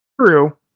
True